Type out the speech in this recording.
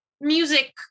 music